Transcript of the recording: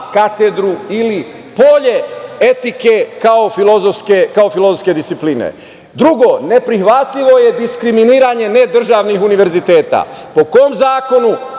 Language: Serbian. katedru ili polje etike kao filozofske discipline. Drugo, neprihvatljivo je diskriminisanje nedržavnih univerziteta. Po kom zakonu?